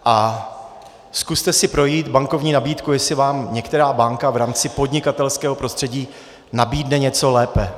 A zkuste si projít bankovní nabídku, jestli vám některá banka v rámci podnikatelského prostředí nabídne něco lépe.